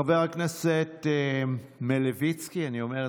חבר הכנסת מלביצקי, בבקשה.